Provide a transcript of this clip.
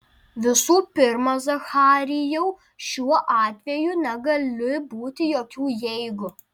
visų pirma zacharijau šiuo atveju negali būti jokių jeigu